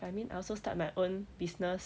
I mean I also start my own business